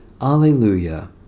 Alleluia